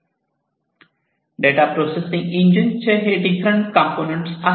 data processing इंजिनचे हे different component आहेत